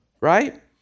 right